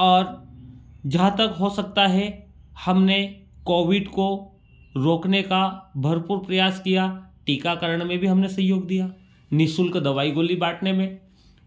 और जहाँ तक हो सकता है हमने कोविड को रोकने का भरपूर प्रयास किया टीकाकरण में भी हमने सहयोग दिया निःशुल्क दवाई गोली बाटने में